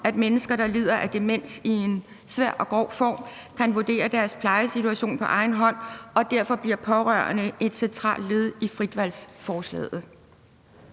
at mennesker, der lider af demens i svær grad, kan vurdere deres plejesituation på egen hånd, og derfor bliver pårørende et centralt led i frit valg-forslaget.